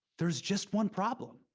there's just one problem.